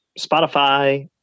Spotify